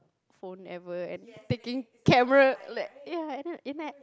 phone ever and taking camera like ya and I